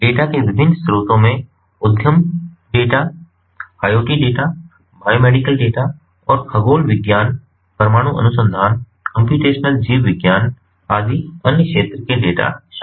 data के विभिन्न स्रोतों में उद्यम data IoT data biomedical data और खगोल विज्ञान परमाणु अनुसंधान कम्प्यूटेशनल जीव विज्ञान आदि अन्य क्षेत्र के डेटा शामिल हैं